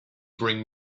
bring